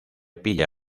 pilla